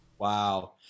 Wow